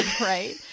right